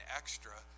extra